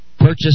purchase